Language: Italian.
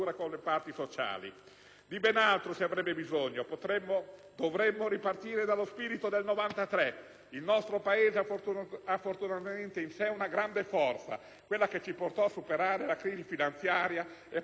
Di ben altro si avrebbe bisogno: dovremmo ripartire dallo spirito del 1993. Il nostro Paese ha fortunatamente in sé una grande forza, quella che ci portò a superare la crisi finanziaria ed a portare il Paese nell'euro.